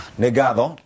negado